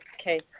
Okay